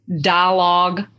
dialogue